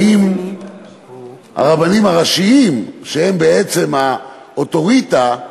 האם הרבנים הראשיים, שהם בעצם האוטוריטה,